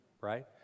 right